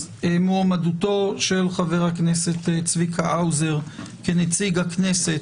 אז מועמדותו של חבר הכנסת צביקה האוזר לנציג הכנסת